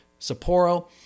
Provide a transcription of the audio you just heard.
Sapporo